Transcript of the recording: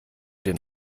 den